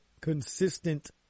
consistent